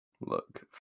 Look